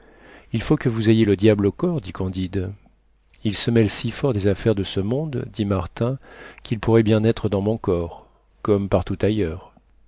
il faut que vous ayez le diable au corps dit candide il se mêle si fort des affaires de ce monde dit martin qu'il pourrait bien être dans mon corps comme partout ailleurs